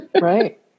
Right